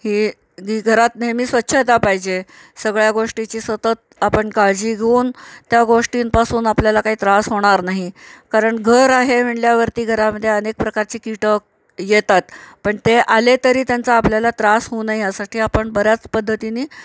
ही जी घरात नेहमी स्वच्छता पाहिजे सगळ्या गोष्टीची सतत आपण काळजी घेऊन त्या गोष्टींपासून आपल्याला काही त्रास होणार नाही कारण घर आहे म्हणल्यावरती घरामध्ये अनेक प्रकारची कीटक येतात पण ते आले तरी त्यांचा आपल्याला त्रास होऊ नये यासाठी आपण बऱ्याच पद्धतीनी